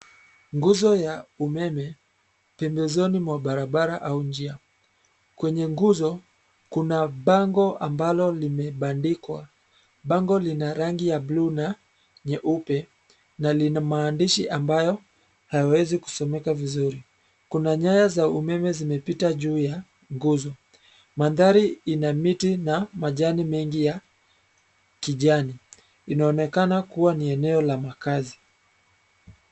Nguzo ya umeme pembezoni mwa barabara au njia. Kwenye nguzo, kuna bango ambalo limebandikwa. Bango lina rangi ya bluu na nyeupe na lina maandishi ambayo hayawezi kusomeka vizuri. Kuna nyayo za umeme zimepita juu ya nguzo. Mandhari ina miti na majani mengi ya kijani. Inaonekana kuwa ni eneo la makazi.